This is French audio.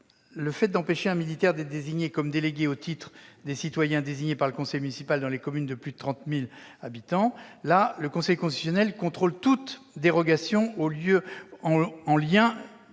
du fait d'empêcher un militaire d'être désigné délégué, au titre des citoyens désignés par le conseil municipal dans les communes de plus de 30 000 habitants, le Conseil constitutionnel contrôle toute dérogation entre la qualité